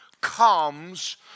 comes